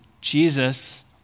Jesus